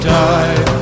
die